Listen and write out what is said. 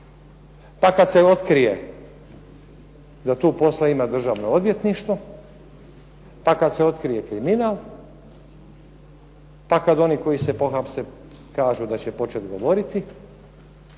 pa kad se otkrije da tu posla ima Državno odvjetništvo, pa kad se otkrije kriminal, pa kad oni koji se pohapse kažu da će početi govoriti